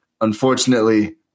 Unfortunately